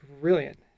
brilliant